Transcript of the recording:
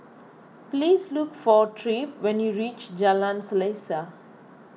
please look for Tripp when you reach Jalan Selaseh